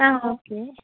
ஆ okay